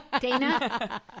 Dana